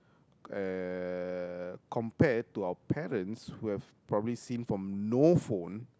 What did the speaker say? uh compared to our parents who have probably seen from no phone